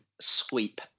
sweep